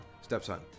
stepson